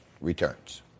returns